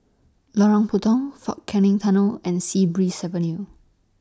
Lorong Puntong Fort Canning Tunnel and Sea Breeze Avenue